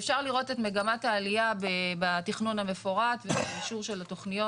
ואפשר לראות את מגמת העלייה בתכנון המפורט ובאישור של התכניות,